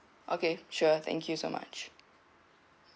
okay sure thank you so much